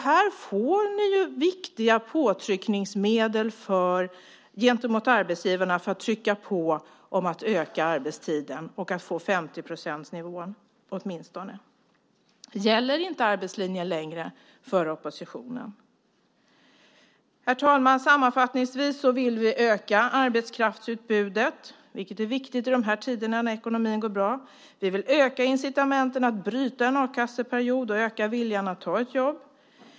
Här får ni ju viktiga påtryckningsmedel gentemot arbetsgivarna för att trycka på om att öka arbetstiden och att få åtminstone 50-procentsnivån. Gäller inte arbetslinjen längre för oppositionen? Herr talman! Sammanfattningsvis vill vi öka arbetskraftsutbudet, vilket är viktigt i de här tiderna när ekonomin går bra. Vi vill öka incitamenten att bryta en a-kasseperiod och öka viljan att ta ett jobb.